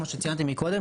כמו שציינתי מקודם,